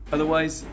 Otherwise